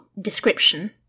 description